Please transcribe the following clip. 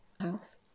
house